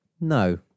No